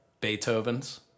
Beethoven's